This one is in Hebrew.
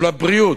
אבל הבריאות,